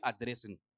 addressing